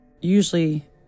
Usually